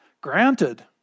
Granted